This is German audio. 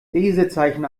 lesezeichen